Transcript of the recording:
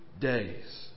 days